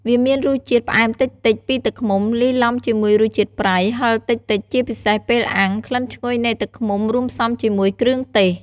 វាមានរសជាតិផ្អែមតិចៗពីទឹកឃ្មុំ លាយឡំជាមួយរសជាតិប្រៃ ហឹរតិចៗ ជាពិសេសពេលអាំង ក្លិនឈ្ងុយនៃទឹកឃ្មុំ រួមផ្សំជាមួយគ្រឿងទេស។